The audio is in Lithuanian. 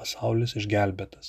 pasaulis išgelbėtas